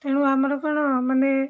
ତେଣୁ ଆମର କ'ଣ ମାନେ